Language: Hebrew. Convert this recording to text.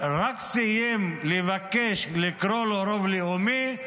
סיים לבקש לקרוא לו רוב לאומי,